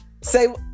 Say